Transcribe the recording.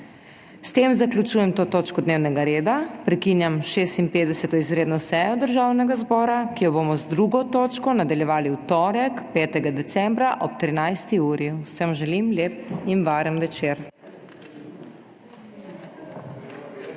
S tem zaključujem to točko dnevnega reda. Prekinjam 56. izredno sejo Državnega zbora, ki jo bomo z 2. točko nadaljevali v torek, 5. decembra ob 13. uri. Vsem želim lep in varen večer.